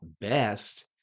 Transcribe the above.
best